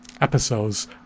episodes